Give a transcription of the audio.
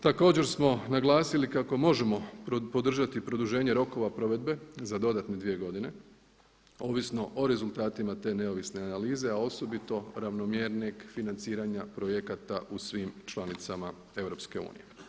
Također smo naglasili kako možemo podržati produženje rokova provedbe za dodatne dvije godine ovisno o rezultatima te neovisne analize a osobito ravnomjernijeg financiranja projekata u svim članicama EU.